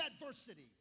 adversity